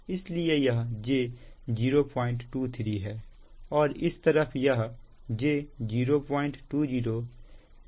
इसलिए यह j023 है और इस तरफ यह j020 0491 है